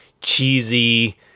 Cheesy